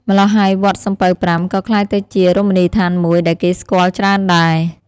ម្ល៉ោះហើយ វត្តសំពៅប្រាំ ក៏ក្លាយទៅជា រមណីយដ្ឋានមួយ ដែលគេស្គាល់ច្រើនដែរ ។